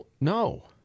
No